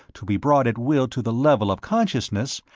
to be brought at will to the level of consciousness,